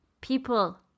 people